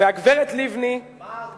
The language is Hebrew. איפה ההסברה?